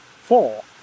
Four